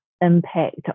impact